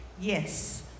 yes